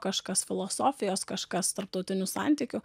kažkas filosofijos kažkas tarptautinių santykių